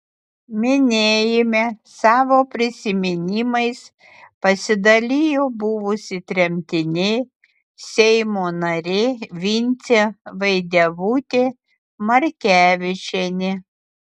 minėjime savo prisiminimais pasidalijo buvusi tremtinė seimo narė vincė vaidevutė markevičienė